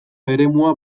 eremua